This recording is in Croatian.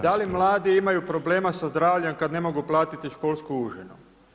Da li mladi imaju problema sa zdravljem kada ne mogu platiti školsku užinu?